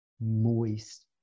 moist